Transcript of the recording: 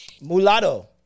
Mulatto